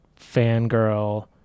fangirl